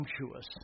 sumptuous